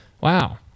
Wow